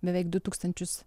beveik du tūkstančius